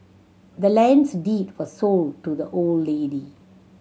the land's deed was sold to the old lady